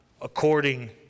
according